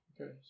Okay